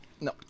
No